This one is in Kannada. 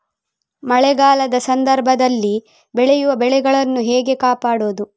ಮಳೆಗಾಲದ ಸಂದರ್ಭದಲ್ಲಿ ಬೆಳೆಯುವ ಬೆಳೆಗಳನ್ನು ಹೇಗೆ ಕಾಪಾಡೋದು?